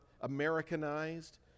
Americanized